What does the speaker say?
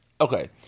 Okay